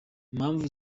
impamvu